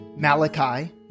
Malachi